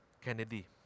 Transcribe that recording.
Kennedy